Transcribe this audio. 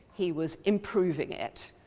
he was improving it,